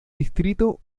distrito